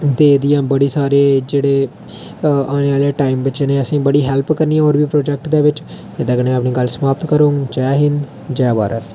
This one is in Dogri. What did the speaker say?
ते एह्दियां बड़े सारे जेह्ड़े औने आह्ले टाईम बिच इ'नें असेंगी बड़ी सारी हेल्प करनी होर बी प्रोजेक्ट दे बिच एह्दे कन्नै में अपनी गल्ल समाप्त करङ जै हिंद जै भारत